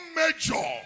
major